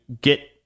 get